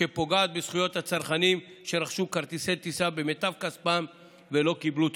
שפוגעת בזכויות הצרכנים שרכשו כרטיסי טיסה במיטב כספם ולא קיבלו תמורה.